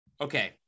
Okay